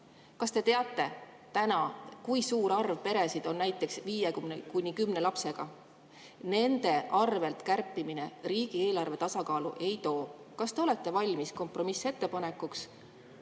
Kas te teate täna, kui suur arv peresid on näiteks viie kuni kümne lapsega? Nende arvel kärpimine riigieelarve tasakaalu ei too. Kas te olete valmis kompromissettepanekuks